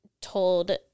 told